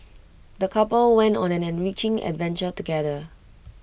the couple went on an enriching adventure together